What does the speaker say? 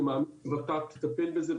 אני מאמין שות"ת תטפל בזה,